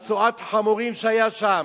את צואת החמורים שהיתה שם.